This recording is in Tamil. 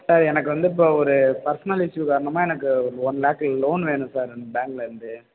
சார் எனக்கு வந்து இப்போ ஒரு பர்சனல் இஸ்யூ காரணமாக எனக்கு ஒன் லேக் லோன் வேணும் சார் பேங்க்லந்து